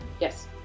Yes